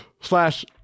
slash